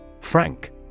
Frank